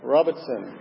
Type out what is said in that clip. Robertson